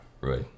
right